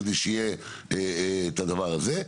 כדי שיהיה את הדבר הזה.